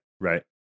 right